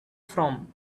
from